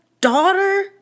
daughter